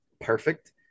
Perfect